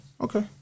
Okay